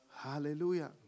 Hallelujah